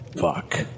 Fuck